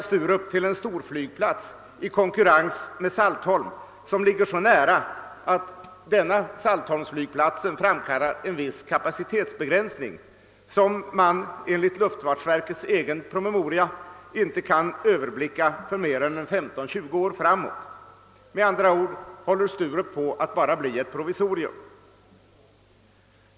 storflygplats i konkurrens med Saltholm, som ligger så nära, att flygplatsen där framkallar en viss kapacitetsbegränsning för Sturup, som man enligt luftfartsverkets egen promemoria inte kan överblicka för mer än 15—20 år framåt? Håller med andra ord Sturup på att bli både en storflygplats och ett provisorium?